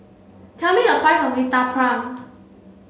tell me the price of Uthapam